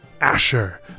Asher